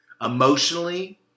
emotionally